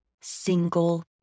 single